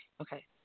Okay